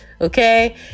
Okay